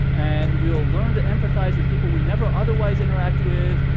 and we will learn to empathize with people we never otherwise interact with,